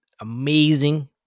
Amazing